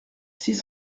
six